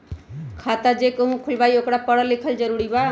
खाता जे केहु खुलवाई ओकरा परल लिखल जरूरी वा?